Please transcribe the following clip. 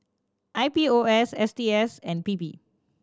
I P O S S T S and P P